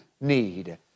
need